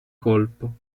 colpo